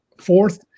fourth